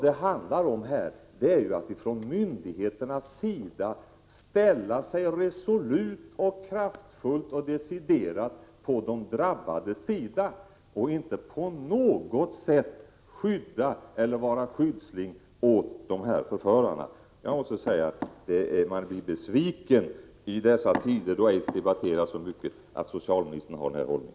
Här handlar det om att ifrån myndigheternas sida resolut, kraftfullt och deciderat ställa sig på de drabbades sida och inte på något sätt skydda dessa förförare. Jag måste säga att man i dessa tider då aids debatteras så mycket blir besviken på att socialministern intar denna hållning.